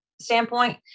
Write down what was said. standpoint